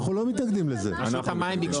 אנחנו לא מתנגדים לזה.